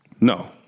No